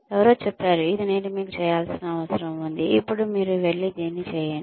ఎవరో చెప్పారు ఇది నేను మీకు చేయాల్సిన అవసరం ఉంది ఇప్పుడు మీరు వెళ్లి దీన్ని చేయండి